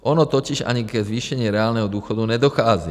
Ono totiž ani ke zvýšení reálného důchodu nedochází.